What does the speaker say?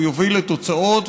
והוא יוביל לתוצאות,